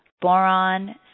boron